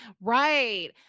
Right